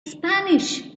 spanish